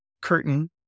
curtain